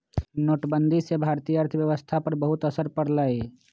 नोटबंदी से भारतीय अर्थव्यवस्था पर बहुत असर पड़ लय